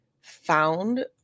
found